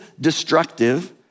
destructive